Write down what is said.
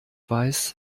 weiß